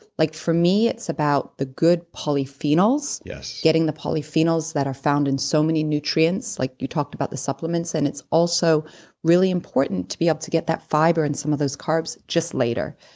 like for me it's about the good polyphenols, getting the polyphenols that are found in so many nutrients like you talked about the supplements, and it's also really important to be able to get that fiber and some of those carbs just later.